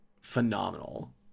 phenomenal